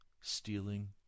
stealing